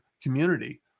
community